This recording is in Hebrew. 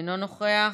אינו נוכח,